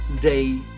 Day